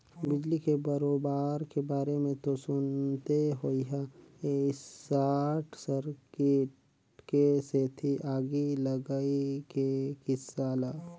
बिजली के करोबार के बारे मे तो सुनते होइहा सार्ट सर्किट के सेती आगी लगई के किस्सा ल